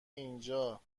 اینجا